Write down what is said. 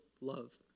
love